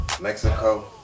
Mexico